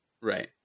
right